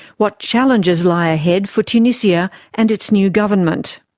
what challenges lie ahead for tunisia and its new government?